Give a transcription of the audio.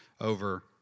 over